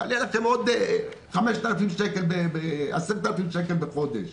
יעלה לכם עוד 10,000, 20,000 שקל בחודש.